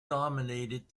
dominated